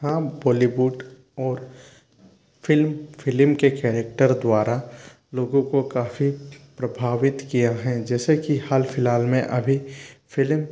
हाँ बॉलीवुड और film film के कैरेक्टर द्वारा लोगों को काफ़ी प्रभावित किया है जैसे कि हाल फिलहाल में अभी फिलिम